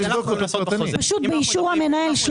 באישור המנהל.